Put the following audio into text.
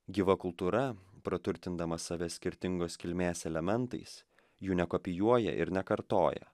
gyva kultūra praturtindama save skirtingos kilmės elementais jų nekopijuoja ir nekartoja